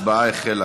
ההצבעה החלה.